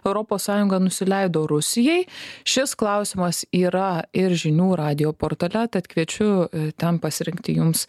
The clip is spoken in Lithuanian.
europos sąjunga nusileido rusijai šis klausimas yra ir žinių radijo portale tad kviečiu ten pasirinkti jums